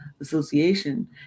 Association